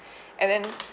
and then